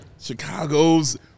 Chicago's